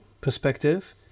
perspective